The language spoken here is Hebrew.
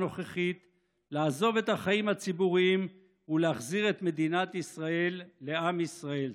לעזוב את החיים הציבוריים ולהחזיר את מדינת ישראל לעם ישראל.